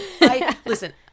Listen